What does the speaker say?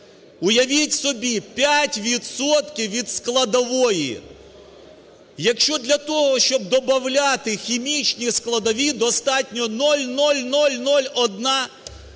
уявіть собі, 5 відсотків від складової. Якщо для того, щоб добавляти хімічні складові достатньо 0,0001